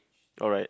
alright